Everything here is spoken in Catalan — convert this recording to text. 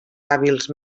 hàbils